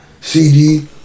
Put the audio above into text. CD